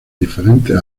diferentes